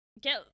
get